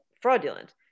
fraudulent